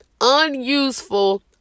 unuseful